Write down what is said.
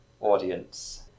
audience